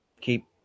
keep